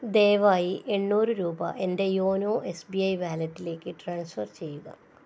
ദയവായി എണ്ണൂറു രൂപ എൻ്റെ യോനോ എസ് ബി ഐ വാലറ്റിലേക്ക് ട്രാൻസ്ഫർ ചെയ്യുക